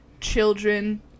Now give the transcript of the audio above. children